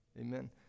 Amen